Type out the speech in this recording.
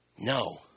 No